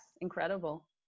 Incredible